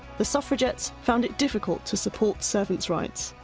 the suffragettes found it difficult to support servants' rights.